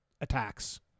attacks